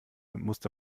musste